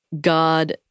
God